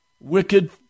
wicked